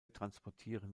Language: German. transportieren